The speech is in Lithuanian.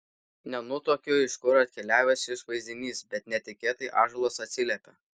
nenutuokiu iš kur atkeliavęs šis vaizdinys bet netikėtai ąžuolas atsiliepia